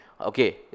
Okay